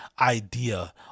idea